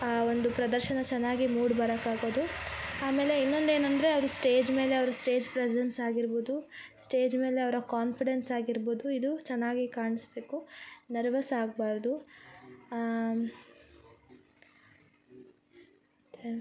ಆ ಒಂದು ಪ್ರದರ್ಶನ ಚೆನ್ನಾಗಿ ಮೂಡಿ ಬರೋಕ್ಕಾಗೋದು ಆಮೇಲೆ ಇನ್ನೊಂದೇನೆಂದ್ರೆ ಅವರು ಸ್ಟೇಜ್ ಮೇಲೆ ಅವರು ಸ್ಟೇಜ್ ಪ್ರೆಸೆನ್ಸ್ ಆಗಿರ್ಬೋದು ಸ್ಟೇಜ್ ಮೇಲೆ ಅವರ ಕಾನ್ಫಿಡೆನ್ಸ್ ಆಗಿರ್ಬೋದು ಇದು ಚೆನ್ನಾಗಿ ಕಾಣಿಸ್ಬೇಕು ನರ್ವಸ್ ಆಗಬಾರ್ದು ಓಕೆ